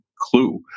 clue